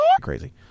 crazy